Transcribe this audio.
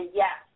yes